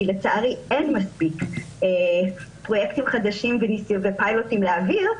כי לצערי אין מספיק פרויקטים חדשים ופיילוטים להעביר,